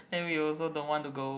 then we also don't want to go